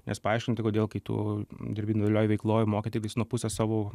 nes paaiškinti kodėl kai tu dirbi individualioj veikloj moki tiktais nuo pusės savo